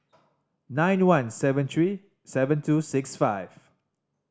nine one seven three seven two six five